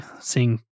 Seeing